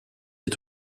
est